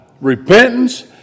repentance